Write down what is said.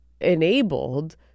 enabled